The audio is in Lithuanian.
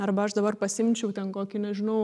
arba aš dabar pasiimčiau ten kokį nežinau